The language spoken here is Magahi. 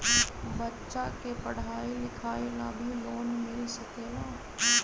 बच्चा के पढ़ाई लिखाई ला भी लोन मिल सकेला?